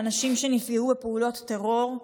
לאנשים שנפגעו בפעולות טרור,